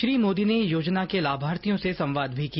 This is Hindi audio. श्री मोदी ने योजना के लाभार्थियों से संवाद भी किया